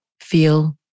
feel